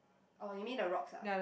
orh you mean the rocks ah